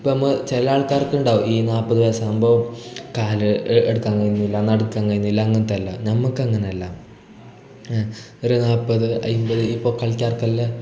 ഇപ്പോൾ നമ്മൾ ചില ആൾക്കാർക്കുണ്ടാവും ഈ നാൽപ്പത് വയസാവുമ്പോൾ കാൽ എടുക്കാൻ കഴിയുന്നില്ല നടുകനക്കാൻ കഴിയുന്നില്ല അങ്ങനത്തെ എല്ലാം നമുക്കങ്ങനെ അല്ല ഒരു നാൽപ്പത് അൻപത് ഇപ്പോൾ കളിക്കാർക്കെല്ലാം